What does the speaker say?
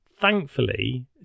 thankfully